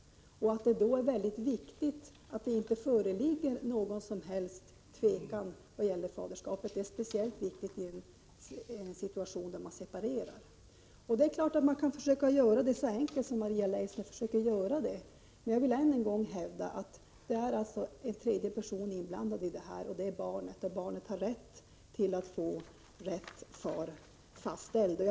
I en sådan situation är det speciellt viktigt att det inte föreligger någon som helst tvekan i fråga om faderskapet. Man kan naturligtvis framställa det hela så enkelt som Maria Leissner försöker göra, men jag vill än en gång hävda att en tredje person är inblandad, nämligen barnet, och det har rätt att få fastställt vem som är dess biologiske far.